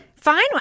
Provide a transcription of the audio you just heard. Fine